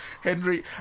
Henry